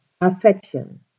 affection